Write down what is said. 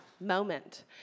moment